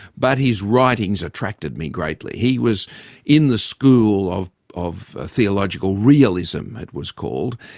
but his writings attracted me greatly. he was in the school of of theological realism, it was called,